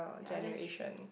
ya that's true